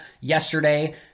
Yesterday